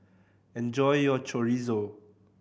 enjoy your Chorizo